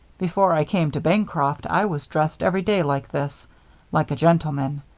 before i came to bancroft i was dressed every day like this like a gentleman.